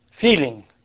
feeling